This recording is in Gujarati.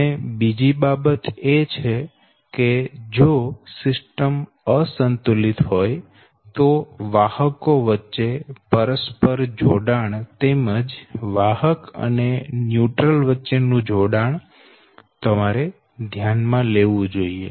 અને બીજી બાબત એ છે કે જો સિસ્ટમ અસંતુલિત હોય તો વાહકો વચ્ચે પરસ્પર જોડાણ તેમજ વાહક અને ન્યુટ્રલ વચ્ચેનું જોડાણ તમારે ધ્યાનમાં લેવું જોઈએ